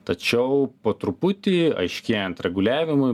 tačiau po truputį aiškėjant reguliavimui